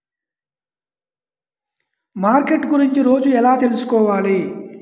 Market గురించి రోజు ఎలా తెలుసుకోవాలి?